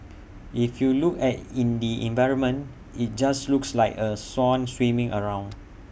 if you look at in the environment IT just looks like A swan swimming around